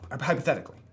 Hypothetically